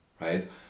Right